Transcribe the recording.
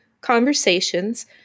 conversations